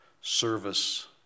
service